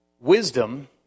Wisdom